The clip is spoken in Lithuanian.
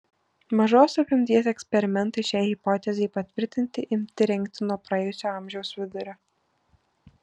mažos apimties eksperimentai šiai hipotezei patvirtinti imti rengti nuo praėjusio amžiaus vidurio